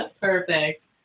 Perfect